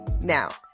Now